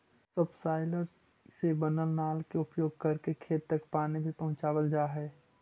subsoiler से बनल नाल के उपयोग करके खेत तक पानी भी पहुँचावल जा हई